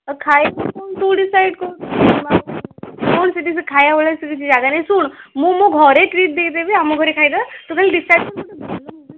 ଆଉ ଖାଇ ତୁ ଡିସାଇଡ଼୍ କରୁନୁ କ'ଣ ସେଠି ସେ ଖାଇବାକୁ ମିଳେ ଜାଗା ନାହିଁ ଶୁଣ୍ ମୁଁ ମୋ ଘରେ ଟ୍ରିଟ୍ ଦେଇଦେବି ଆମ ଘରେ ଖାଇବା ତୁ ଖାଲି